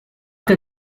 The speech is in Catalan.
que